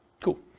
Cool